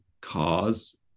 cars